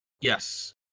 Yes